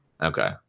Okay